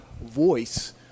voice